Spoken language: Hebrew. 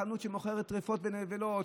בחנות שמוכרת טרפות ונבלות,